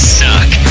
suck